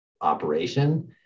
operation